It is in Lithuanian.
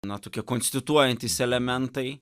na tokie konstituojantys elementai